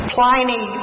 Pliny